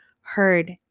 heard